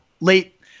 late